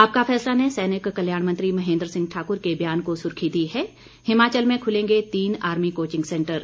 आपका फैसला ने सैनिक कल्याण मंत्री महेंद्र सिंह ठाक्र के बयान को सुर्खी दी है हिमाचल में खुलेंगे तीन आर्मी कोचिंग सेंटर